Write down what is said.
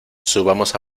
subamos